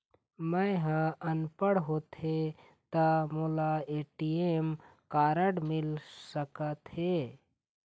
मैं ह अनपढ़ होथे ता मोला ए.टी.एम कारड मिल सका थे?